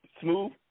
Smooth